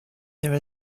there